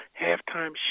halftime